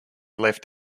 left